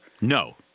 No